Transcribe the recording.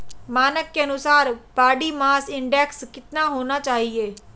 मानक के अनुसार बॉडी मास इंडेक्स कितना होना चाहिए?